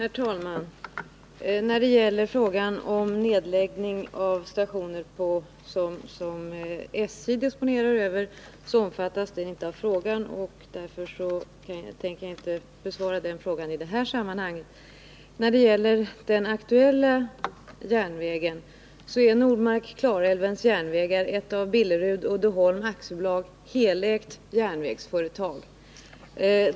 Herr talman! Frågan om nedläggning av stationer som SJ disponerar över omfattas inte av den här aktuella frågan, och jag tänker därför inte besvara den i detta sammanhang. Den aktuella järnvägen, Nordmark-Klarälvens Järnvägar, är ett till Billerud-Uddeholm AB knutet järnvägsföretag.